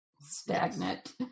stagnant